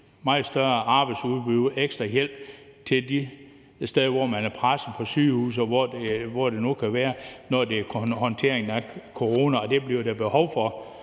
meget større arbejdsudbud og være en ekstra hjælp de steder, hvor man er presset, f.eks. på sygehuse, og hvor det nu kan være, i forbindelse med håndteringen af corona. Der bliver behov for